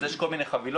אז יש כל מיני חבילות,